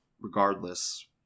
regardless